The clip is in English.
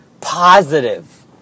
positive